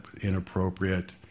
inappropriate